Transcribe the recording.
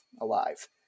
alive